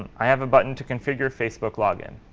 and i have a button to configure facebook login.